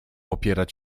opierać